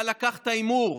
אתה לקחת הימור.